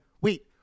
wait